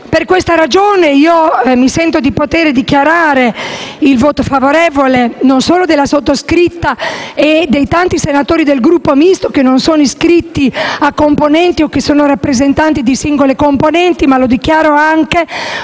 Per questa ragione, sento di poter dichiarare il voto favorevole non solo della sottoscritta e dei tanti senatori del Gruppo Misto che non sono iscritti a componenti o che sono rappresentanti di singole componenti, ma lo dichiaro anche